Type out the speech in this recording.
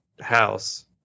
house